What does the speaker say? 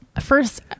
First